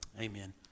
amen